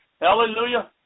Hallelujah